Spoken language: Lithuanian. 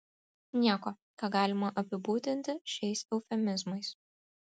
nieko ką galima apibūdinti šiais eufemizmais